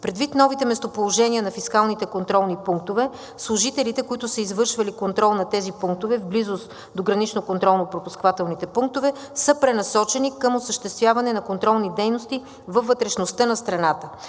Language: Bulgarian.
Предвид новите местоположения на фискалните контролни пунктове служителите, които са извършвали контрол на тези пунктове в близост до граничните контролно-пропускателни пунктове, са пренасочени към осъществяване на контролни дейности във вътрешността на страната.